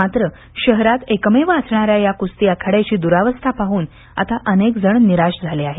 मात्र शहरात एकमेव असणाऱ्या या क्रस्ती आखाड्याची दुरावस्था पाहून आता अनेक जण निराश झाले आहेत